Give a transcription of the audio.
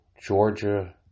Georgia